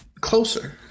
closer